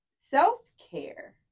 self-care